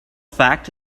fact